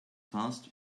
fast